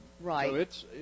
Right